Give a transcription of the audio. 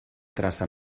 traça